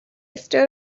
stood